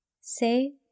Say